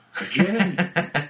Again